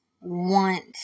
want